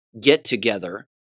get-together